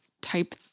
type